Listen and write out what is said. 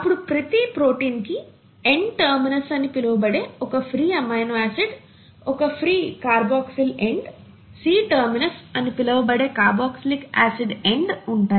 అప్పుడు ప్రతి ప్రోటీన్ కి N టెర్మినస్ అని పిలువబడే ఒక ఫ్రీ ఎమినో ఎండ్ ఒక free carboxyl end C terminus అని పిలువబడే కార్బొక్సీలిక్ ఆసిడ్ ఎండ్ ఉంటాయి